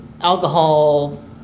alcohol